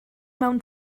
mewn